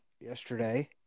yesterday